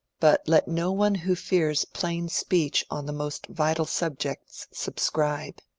but let no one who fears plain speech on the most vital subjects subscribe.